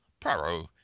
Praro